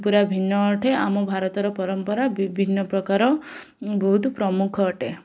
ପୁରା ଭିନ୍ନ ଅଟେ ଆମ ଭାରତର ପରମ୍ପରା ବିଭିନ୍ନ ପ୍ରକାର ବହୁତ ପ୍ରମୁଖ ଅଟେ